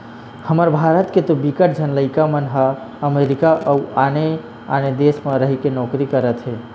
हमर भारत के तो बिकट झन लइका मन ह अमरीका अउ आने आने देस म रहिके नौकरी करत हे